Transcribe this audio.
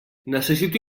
necessito